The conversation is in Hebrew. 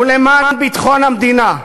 ולמען ביטחון המדינה,